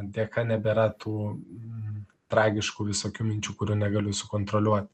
dėka nebėra tų tragiškų visokių minčių kurių negaliu sukontroliuot